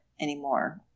anymore